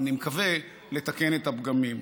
אני מקווה, לתקן את הפגמים.